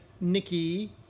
Nikki